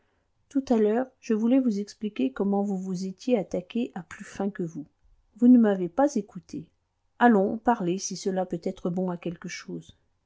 tout à l'heure je voulais vous expliquer comment vous vous étiez attaqué à plus fin que vous vous ne m'avez pas écouté allons parlez si cela peut être bon à quelque chose